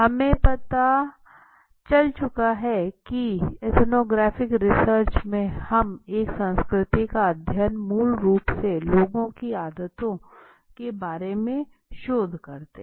हमे पता चल चूका है की एथ्नोग्राफिक रिसर्च में हम संस्कृति का अध्ययन मूल रूप से लोगों की आदतें के बारे में शोध है